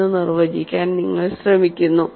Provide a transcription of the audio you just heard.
എന്ന് നിർവചിക്കാൻ നിങ്ങൾ ശ്രമിക്കുന്നു